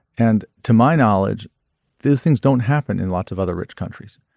and to my knowledge these things don't happen in lots of other rich countries.